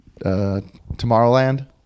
tomorrowland